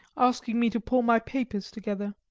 asking me to put all my papers together.